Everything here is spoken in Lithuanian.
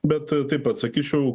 bet taip pat sakyčiau